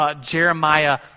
Jeremiah